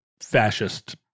fascist